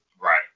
Right